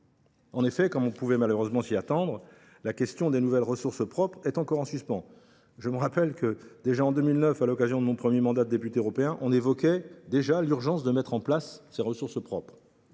En effet, comme l’on pouvait malheureusement s’y attendre, la question des nouvelles ressources propres est encore en suspens. Je me rappelle que, déjà en 2009, à l’occasion de mon premier mandat de député européen, on évoquait l’urgence de mettre en place ces ressources propres…